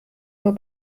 nur